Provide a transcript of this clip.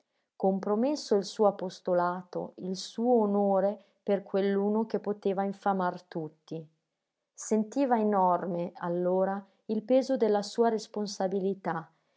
compromesso il suo apostolato il suo onore per quell'uno che poteva infamar tutti sentiva enorme allora il peso della sua responsabilità